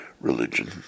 Religion